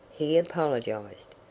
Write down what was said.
he apologized.